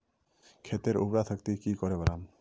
खेतीर उर्वरा शक्ति की करे बढ़ाम?